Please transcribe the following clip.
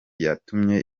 yatumye